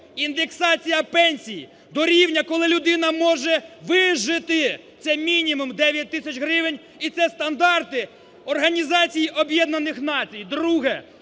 Індексація пенсій до рівня, коли людина може вижити! Це мінімум 9 тисяч гривень і це стандарти Організації